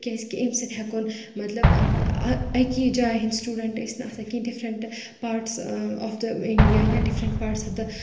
تِکیازِ کہِ امہِ سۭتۍ ہؠکھون مَطلب اکی جایہِ ہٕندۍ سٹوڈنٹ ٲسۍ نہٕ آسان کہنٛہہ different parts of the India یا ڈفرَنٹ پارٹس آف دَ